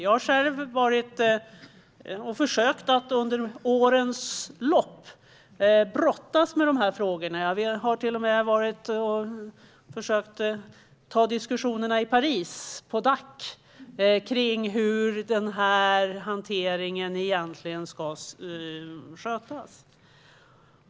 Jag har själv under årens lopp brottats med dessa frågor. Jag har till och med försökt att i Paris, i samband med Dacmöten, ta diskussionerna om hur den här hanteringen egentligen ska gå till.